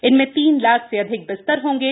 इनमें तीन लाख से अधिक बिस्तर होंगे